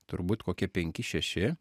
turbūt kokie penki šeši